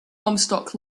comstock